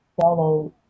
follow